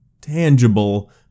tangible